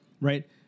right